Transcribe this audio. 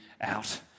out